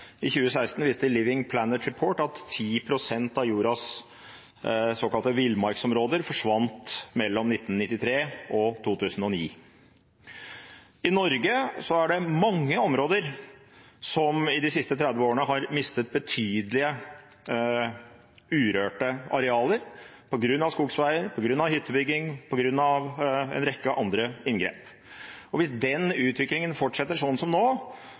I 2016 viste Living Planet Report av 10 pst. av jordas såkalte villmarksområder forsvant mellom 1993 og 2009. I Norge er det mange områder som i de siste 30 årene har mistet betydelige urørte arealer, på grunn av skogsveier, hyttebygging og en rekke andre inngrep. Hvis den utviklingen fortsetter som nå,